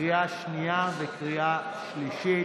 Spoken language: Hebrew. לקריאה שנייה וקריאה שלישית.